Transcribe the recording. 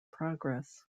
progress